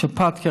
יש שפעת כרגע.